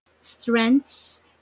strengths